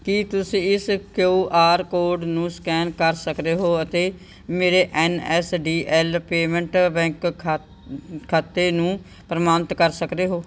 ਕੀ ਤੁਸੀਂਂ ਇਸ Q R code ਨੂੰ ਸਕੈਨ ਕਰ ਸਕਦੇ ਹੋ ਅਤੇ ਮੇਰੇ N S D L payment bank ਖਾ ਖਾਤੇ ਨੂੰ ਪ੍ਰਮਾਣਿਤ ਕਰ ਸਕਦੇ ਹੋ